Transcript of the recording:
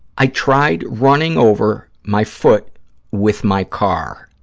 i tried running over my foot with my car,